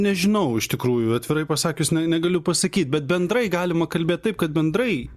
nežinau iš tikrųjų atvirai pasakius negaliu pasakyt bet bendrai galima kalbėt taip kad bendrai